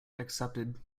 accepted